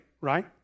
right